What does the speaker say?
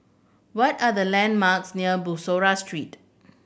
what are the landmarks near Bussorah Street